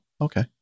okay